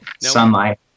sunlight